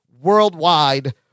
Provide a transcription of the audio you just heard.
worldwide